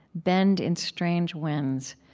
bend in strange winds,